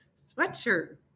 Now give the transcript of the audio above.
sweatshirt